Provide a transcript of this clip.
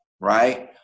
right